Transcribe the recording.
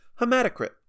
Hematocrit